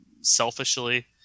selfishly